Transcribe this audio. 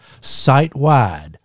site-wide